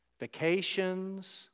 vacations